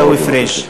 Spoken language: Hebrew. עיסאווי פרֵיג'.